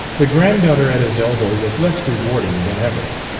the granddaughter at his elbow was less rewarding than ever,